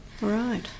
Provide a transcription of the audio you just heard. Right